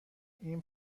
این